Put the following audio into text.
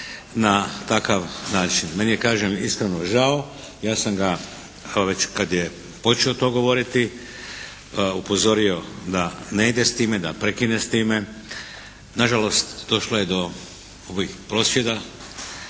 na takav način. Meni je kažem iskreno žao. Ja sam ga već kad je počeo to govoriti upozorio da ne ide s time, da prekine s time. Nažalost došlo je do ovih prosvjeda